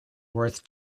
worth